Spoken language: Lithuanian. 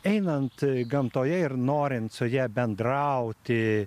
einant gamtoje ir norint su ja bendrauti